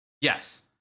Yes